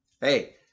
hey